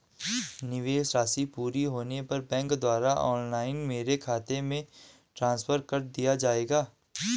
निवेश राशि पूरी होने पर बैंक द्वारा ऑनलाइन मेरे खाते में ट्रांसफर कर दिया जाएगा?